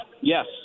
Yes